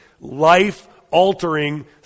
Life-altering